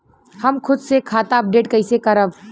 हम खुद से खाता अपडेट कइसे करब?